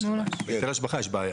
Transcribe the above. היטל השבחה יש בעיה.